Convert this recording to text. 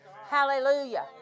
Hallelujah